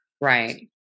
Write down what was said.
Right